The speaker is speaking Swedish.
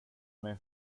mig